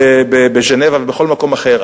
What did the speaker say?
בז'נבה ובכל מקום אחר.